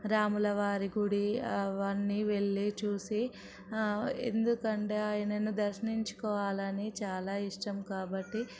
రాములవారి గుడి అవన్నీవెళ్లి చూసి ఎందుకంటే ఆయనను దర్శించుకోవాలని చాలా ఇష్టం కాబట్టి